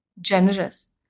generous